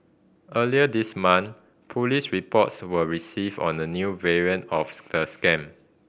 earlier this month police reports were received on a new variant of the scam